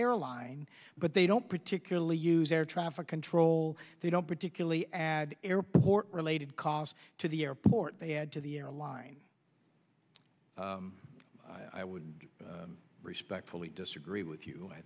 airline but they don't particularly use air traffic control they don't particularly add airport related cost to the airport they add to the airline i would respectfully disagree with you i